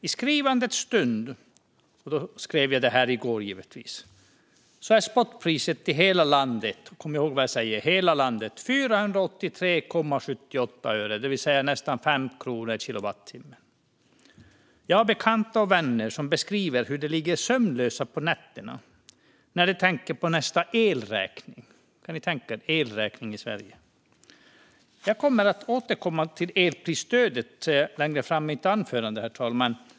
Just nu är spotpriset i hela landet 483,78 öre, det vill säga nästan 5 kronor per kilowattimme. Jag har bekanta och vänner som beskriver hur de ligger sömnlösa på nätterna när de tänker på nästa elräkning. Jag kommer att återkomma till elprisstödet längre fram i mitt anförande, herr talman.